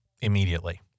immediately